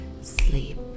sleep